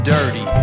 Dirty